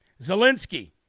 Zelensky